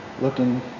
looking